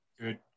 good